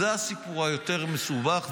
זה הסיפור היותר-מסובך והיותר-חמור.